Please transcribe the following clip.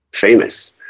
famous